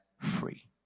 free